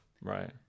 Right